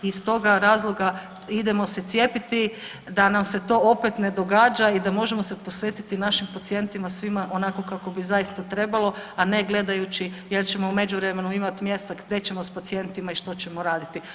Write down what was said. I iz toga razloga idemo se cijepiti da nam se to opet ne događa i da možemo se posvetiti našim pacijentima, svima onako kako bi zaista trebalo a ne gledajući jel' ćemo u međuvremenu imati mjesta gdje ćemo sa pacijentima i što ćemo raditi.